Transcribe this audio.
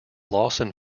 lawson